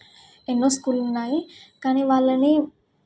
ఎన్నో స్కూళ్ళు ఉన్నాయి కానీ వాళ్ళని